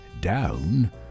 down